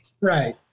Right